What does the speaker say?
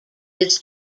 this